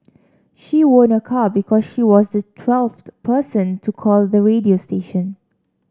she won a car because she was the twelfth person to call the radio station